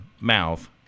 mouth